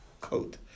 coat